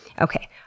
Okay